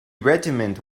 regiment